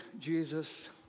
Jesus